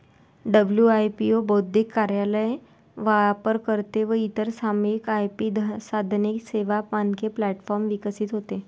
WIPO बौद्धिक कार्यालय, वापरकर्ते व इतर सामायिक आय.पी साधने, सेवा, मानके प्लॅटफॉर्म विकसित होते